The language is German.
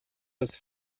das